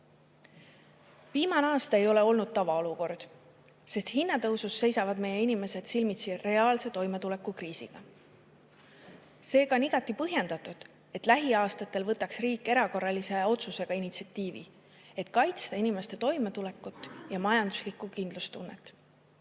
aastal ei ole olnud tavaolukord, sest hinnatõusu tõttu seisavad meie inimesed silmitsi reaalse toimetulekukriisiga. Seega on igati põhjendatud, et lähiaastatel võtaks riik erakorralise otsusega initsiatiivi, et kaitsta inimeste toimetulekut ja majanduslikku kindlustunnet.